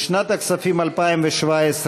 לשנת הכספים 2017,